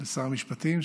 ולשר המשפטים,